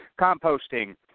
composting